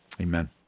amen